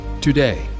Today